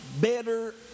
better